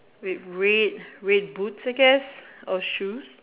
with red red boots I guess or shoes